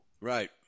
Right